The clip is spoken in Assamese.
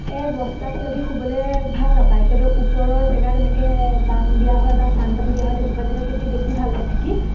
এই বস্তাত সিহঁতে শুবলৈ ভাল নাপায় সিহঁতে ওপৰৰ জেগাত এনেকৈ দাং দিয়া হয় বা চাং পাতি দিয়া হয় তেনেকুৱা জেগাত সিহঁতে বেছি ভাল পায় থাকি